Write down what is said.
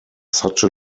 such